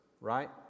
right